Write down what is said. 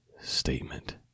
statement